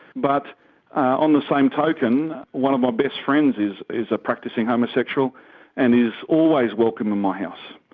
but on the same token one of my best friends is is a practicing homosexual and is always welcome in my house,